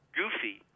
goofy